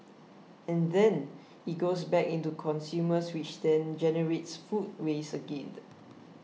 and then it goes back into consumers which then generates food waste again